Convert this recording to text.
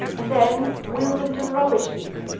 and then wheel them to the rubbish heap.